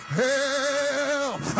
help